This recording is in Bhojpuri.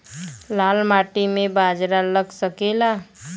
लाल माटी मे बाजरा लग सकेला?